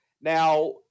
now